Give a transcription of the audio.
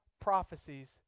prophecies